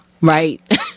Right